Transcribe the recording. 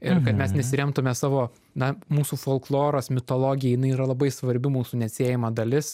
ir kad mes nesiremtume savo na mūsų folkloras mitologij jinai yra labai svarbi mūsų neatsiejama dalis